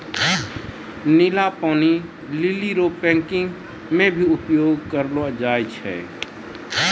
नीला पानी लीली रो पैकिंग मे भी उपयोग करलो जाय छै